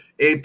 AP